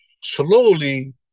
slowly